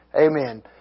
Amen